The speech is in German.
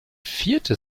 vierte